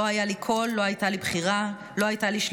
לא היה לי קול.